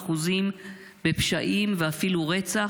340% בפשעים ואפילו רצח,